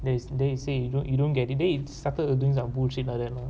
then he then he say you you don't get it then he started doing some bullshit like that lah